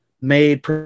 made